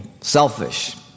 selfish